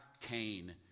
Cain